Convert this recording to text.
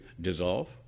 dissolve